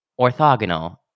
orthogonal